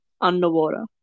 underwater